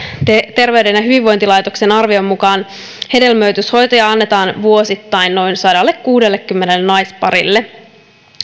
terveyden ja hyvinvoinnin laitoksen arvion mukaan hedelmöityshoitoja annetaan vuosittain noin sadallekuudellekymmenelle naisparille